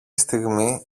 στιγμή